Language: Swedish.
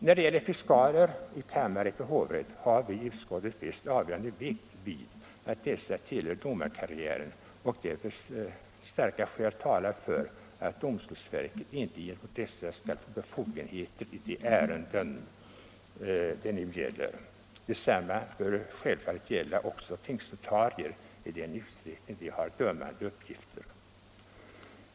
När det gäller fiskaler i kammarrätt och hovrätt har vi i utskottet fäst avgörande vikt vid att dessa tillhör domarkarriären och att därför starka skäl talar för att domstolsverket inte gentemot dessa skall få befogenheter i de ärenden det nu gäller. Detsamma bör självfallet gälla också tingsnotarier i den utsträckning de har dömande uppgifter.